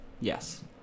Yes